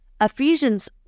Ephesians